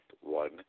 one